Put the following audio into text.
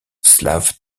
slave